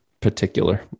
particular